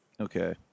Okay